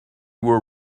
were